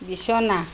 বিছনা